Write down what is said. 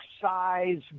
size